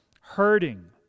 hurting